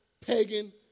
pagan